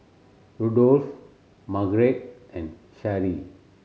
Rudolf Margarete and Sharee